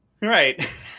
Right